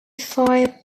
fire